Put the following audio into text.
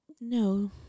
No